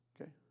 Okay